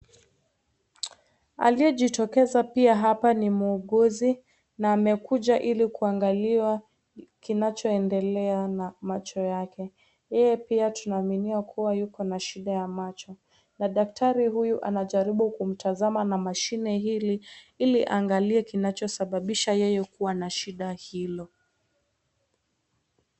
Aliyejitokeza pia hapa ni muuguzi na amekuja ili kuangaliwa kinachoendelea na macho yake. Yeye pia tunaaminia kuwa yuko na shida ya macho, na daktari huyu anajaribu kumtazama na mashine ile ilo aangalie kinachosababisha yeye kuwa na shida hilo.